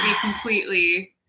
completely